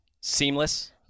seamless